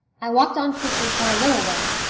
i walked on quickly for a little way,